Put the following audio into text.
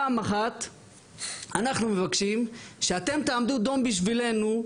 פעם אחת אנחנו מבקשים שאתם תעמדו דום בשבילנו,